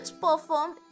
performed